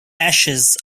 ashes